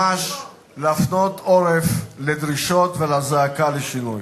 תהיה זו בגידה של ממש להפנות עורף לדרישות ולזעקה לשינוי.